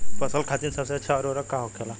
फसल खातीन सबसे अच्छा उर्वरक का होखेला?